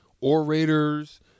orators